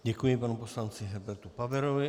Děkuji panu poslanci Herbertu Paverovi.